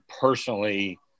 personally